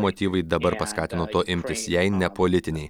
motyvai dabar paskatino to imtis jei ne politiniai